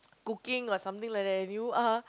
cooking or something like that you are